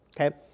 okay